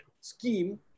scheme